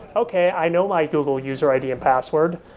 okay, i know my google user id and password.